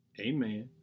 amen